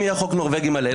אם יהיה חוק נורבגי מלא,